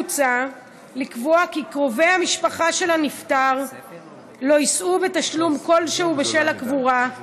מוצע לקבוע כי קרובי המשפחה של הנפטר לא יישאו בתשלום כלשהו בשל הקבורה,